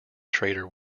trader